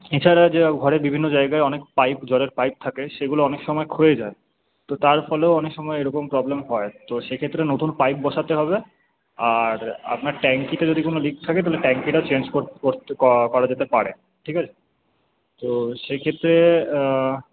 এছাড়া যেরম ঘরের বিভিন্ন জায়গায় অনেক পাইপ জলের পাইপ থাকে সেগুলো অনেক সময় ক্ষয়ে যায় তো তার ফলেও অনেক সময় এইরকম প্রবলেম হয় তো সেইক্ষেত্রে নতুন পাইপ বসাতে হবে আর আপনার ট্যাঙ্কিতে যদি কোন লিক থাকে তাহলে ট্যাঙ্কিটাও চেঞ্জ করা যেতে পারে ঠিক আছে তো সেইক্ষেত্রে